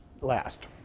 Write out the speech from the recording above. last